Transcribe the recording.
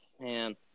Man